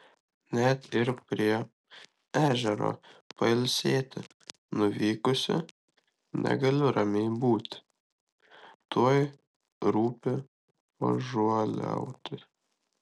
net ir prie ežero pailsėti nuvykusi negaliu ramiai būti tuoj rūpi pažoliauti